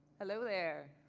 hello there.